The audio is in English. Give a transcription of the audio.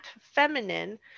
feminine